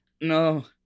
no